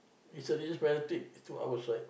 he's a fanatic to our side